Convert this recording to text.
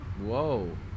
Whoa